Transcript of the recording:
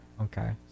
Okay